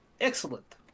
excellent